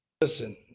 Listen